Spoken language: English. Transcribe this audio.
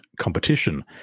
competition